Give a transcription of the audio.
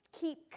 keep